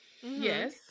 Yes